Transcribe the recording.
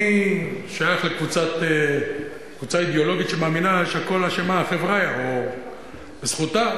אני שייך לקבוצה אידיאולוגית שמאמינה ש"בכול אשמה החבריה" או בזכותה.